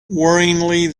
worryingly